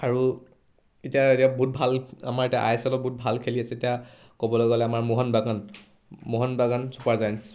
আৰু এতিয়া এতিয়া বহুত ভাল আমাৰ এতিয়া আই এছ এলত বহুত ভাল খেলি আছে এতিয়া ক'বলৈ গ'লে আমাৰ মোহন বাগান মোহন বাগান চুপাৰ জায়েণ্টচ